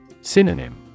Synonym